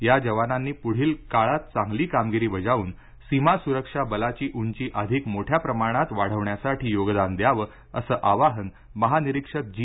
या जवानांनी पुढील काळात चांगली कामगिरी बजावून सीमा सुरक्षा बलाची उंची अधिक मोठया प्रमाणात वाढवण्यासाठी योगदान द्यावं असं आवाहन महानिरीक्षक जी